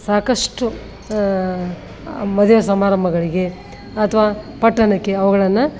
ಸಾಕಷ್ಟು ಮದುವೆ ಸಮಾರಂಭಗಳಿಗೆ ಅಥವಾ ಪಟ್ಟಣಕ್ಕೆ ಅವುಗಳನ್ನು